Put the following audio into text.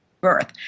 birth